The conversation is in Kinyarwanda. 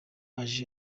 aje